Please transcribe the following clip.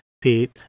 Pete